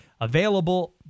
available